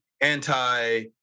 anti